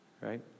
Right